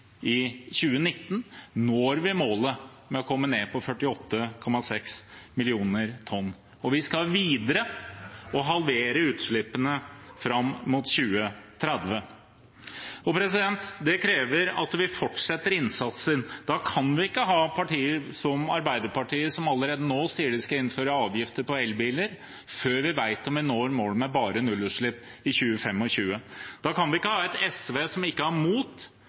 2019, når vi målet med å komme ned på 48,6 mill. tonn. Vi skal videre og halvere utslippene fram mot 2030. Det krever at vi fortsetter innsatsen. Da kan vi ikke ha partier som Arbeiderpartiet som allerede nå sier de skal innføre avgifter på elbiler, før vi vet om vi når målene om nullutslipp i 2025. Da kan vi ikke ha SV som ikke har mot